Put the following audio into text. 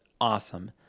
awesome